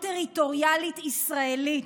טריטוריאלית ישראלית.